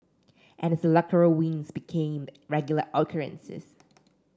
and his electoral wins became regular occurrences